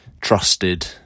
trusted